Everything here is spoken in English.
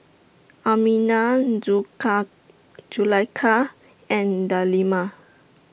Aminah Zulaikha and Delima